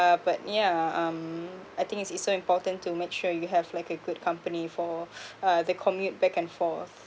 but yeah um I think it's it's so important to make sure you have like a good company for uh the commute back and forth